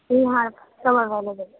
تمہارا پیسہ وغیرہ